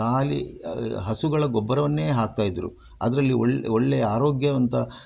ಖಾಲಿ ಹಸುಗಳ ಗೊಬ್ಬರವನ್ನೇ ಹಾಕ್ತಾಯಿದ್ರು ಅದರಲ್ಲಿ ಒಳ್ಳೆ ಒಳ್ಳೆ ಆರೋಗ್ಯವಂತ